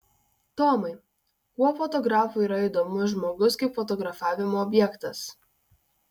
tomai kuo fotografui yra įdomus žmogus kaip fotografavimo objektas